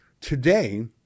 today